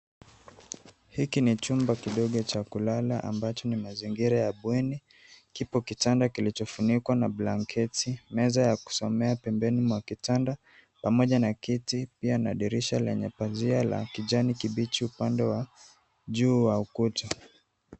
Hiki ni chumba kidogo cha kulala ambacho ni mazingira ya bweni. Kipo kitanda kilichofunikwa na blanketi meza ya kusomea pembeni mwa kitanda pamoja na kiti pia na dirisha lenye pazia la kijani kibichi upande wa juu wa ukuta.